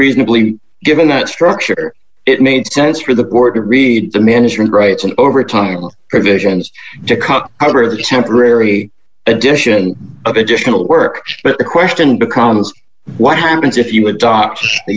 reasonably given that structure it made sense for the board to read the management rights and over time provisions to cut out or the temporary addition of additional work but the question becomes what happens if you adopt the